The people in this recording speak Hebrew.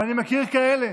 ואני מכיר כאלה